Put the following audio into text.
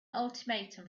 ultimatum